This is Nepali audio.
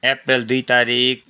अप्रेल दुई तारिक